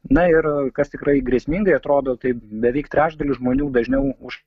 na ir kas tikrai grėsmingai atrodo tai beveik trečdalis žmonių dažniau už